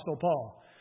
Paul